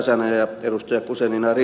räsänen ja ed